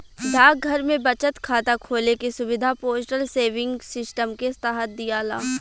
डाकघर में बचत खाता खोले के सुविधा पोस्टल सेविंग सिस्टम के तहत दियाला